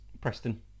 Preston